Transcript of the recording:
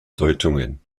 deutungen